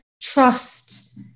trust